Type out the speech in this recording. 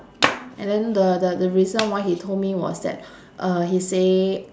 and then the the the reason why he told me was that uh he say